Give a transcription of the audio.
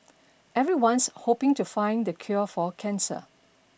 everyone's hoping to find the cure for cancer